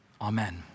amen